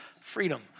freedom